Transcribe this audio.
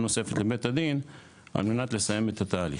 נוספת לבית הדין על מנת לסיים את התהליך.